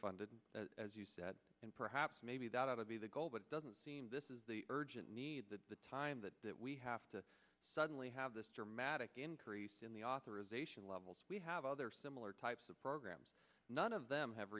funded as you said and perhaps maybe that'll be the goal but it doesn't seem this is the urgent need that the time that that we have to suddenly have this dramatic increase in the authorization levels we have other similar types of programs none of them have